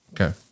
Okay